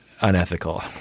unethical